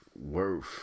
worth